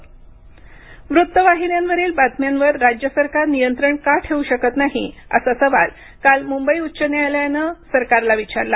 रिया वृत्तवाहिन्यांवरील बातम्यांवर राज्य सरकार नियंत्रण का ठेवू शकत नाही असा सवाल काल मुंबई उच्च न्यायालयानं काल सरकारला विचारला